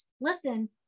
Listen